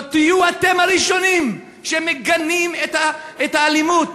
תהיו אתם הראשונים שמגנים את האלימות.